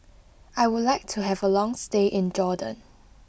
I would like to have a long stay in Jordan